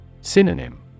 Synonym